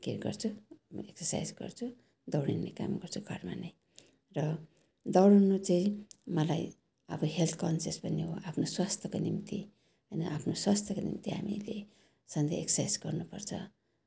के गर्छु म एक्ससाइज गर्छु दौडिने काम गर्छु घरमा नै र दौडनु चाहिँ मलाई अब हेल्थ कन्सियस पनि हो आफ्नो स्वास्थ्यको निम्ति र आफ्नो स्वास्थ्यको निम्ति हामीले सधैँ एक्साइस गर्नुपर्छ